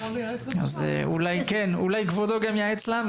אז אולי כבודו גם ייעץ לנו.